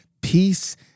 peace